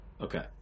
okay